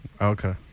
Okay